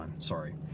Sorry